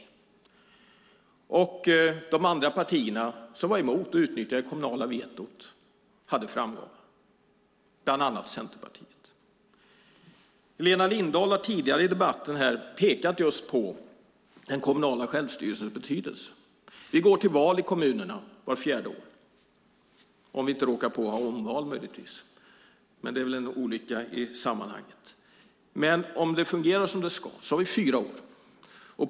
De andra partierna, bland annat Centerpartiet, som var emot och utnyttjade det kommunala vetot hade framgång. Helena Lindahl har tidigare i debatten pekat just på den kommunala självstyrelsens betydelse. Vi går till val i kommunerna vart fjärde år om vi inte har omval, men det är väl en olycka i sammanhanget. Om det fungerar som det ska har vi fyra år på oss.